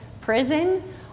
prison